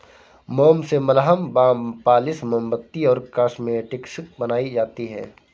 मोम से मलहम, बाम, पॉलिश, मोमबत्ती और कॉस्मेटिक्स बनाई जाती है